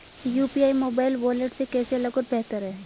UPI mobile wallet से कैसे अलग और बेहतर है?